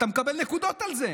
אתה מקבל נקודות על זה.